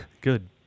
good